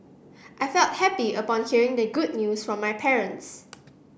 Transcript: I felt happy upon hearing the good news from my parents